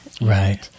right